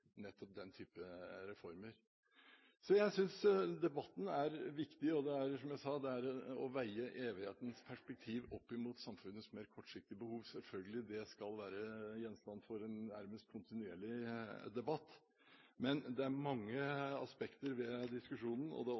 nettopp den type reformer. Jeg synes debatten er viktig, og – som jeg sa – det er å veie evighetens perspektiv opp mot samfunnets mer kortsiktige behov. Selvfølgelig skal det være gjenstand for en nærmest kontinuerlig debatt. Men det er mange aspekter ved diskusjonen – og det